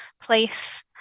place